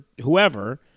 whoever